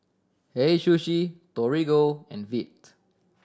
Hei Sushi Torigo and Veet